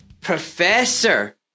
Professor